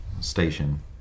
station